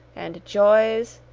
and joys,